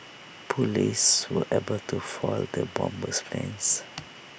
Police were able to foil the bomber's plans